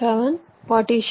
S